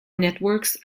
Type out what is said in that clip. networks